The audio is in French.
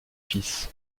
fils